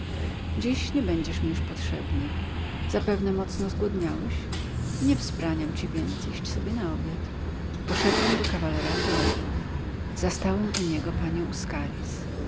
dziś nie będziesz mi już potrzebny zapewne mocno zgłodniałeś nie wzbraniam ci więc iść sobie na obiad poszedłem do kawalera toledo zastałem u niego panią